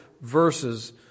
verses